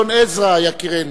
גדעון עזרא יקירנו,